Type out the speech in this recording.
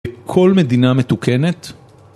בכל מדינה מתוקנת?